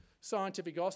scientific